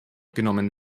genommen